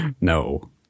no